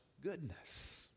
goodness